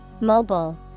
Mobile